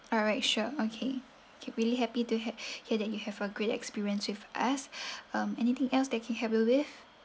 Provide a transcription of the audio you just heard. alright sure okay really happy to hear hear that you have a great experience with us um anything else that can help you with